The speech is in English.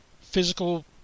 physical